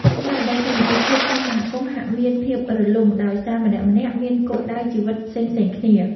ស្មារតីសាមគ្គីភាពក្នុងសហគមន៍ហាក់មានភាពរលុងដោយសារម្នាក់ៗមានគោលដៅជីវិតផ្សេងៗគ្នា។